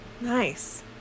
nice